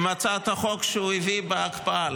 עם הצעת החוק שהוא הביא להקפאה.